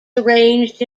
arranged